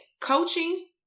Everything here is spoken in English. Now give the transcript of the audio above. coaching